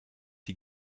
sie